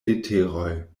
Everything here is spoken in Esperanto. leteroj